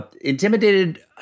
Intimidated